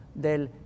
del